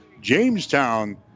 Jamestown